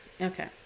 Okay